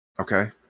Okay